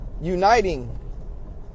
uniting